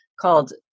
called